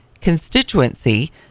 constituency